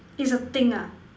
it's a thing ah